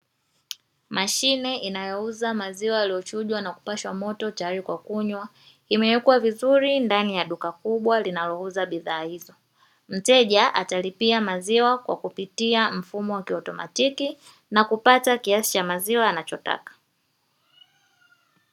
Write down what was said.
Mashine inayouza maziwa yaliyochujwa na kpashwa moto tayari kwa kunywa, imewekwa vizuri ndani ya duka kubwa linalouza bidhaa hizo. Mteja atalipia maziwa kwa kupitia mfumo wa kiotomantiki na kupata kiasi cha maziwa anachotaka.